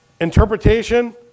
interpretation